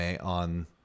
on